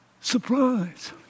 surprise